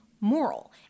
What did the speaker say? moral